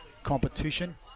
competition